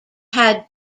had